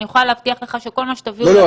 אני יכולה להבטיח לך שכל מה שתביאו לוועדה --- לא,